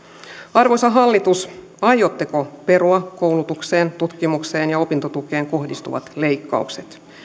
arvoisa hallitus aiotteko perua koulutukseen tutkimukseen ja opintotukeen kohdistuvat leikkaukset